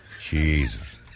Jesus